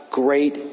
great